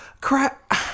crap